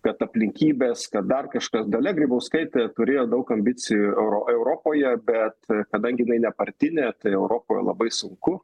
kad aplinkybės kad dar kažkas dalia grybauskaitė turėjo daug ambicijų euro europoje bet kadangi jinai nepartinė europoje labai sunku